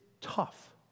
tough